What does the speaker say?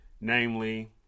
namely